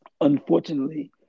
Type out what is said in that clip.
unfortunately